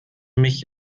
mich